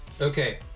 Okay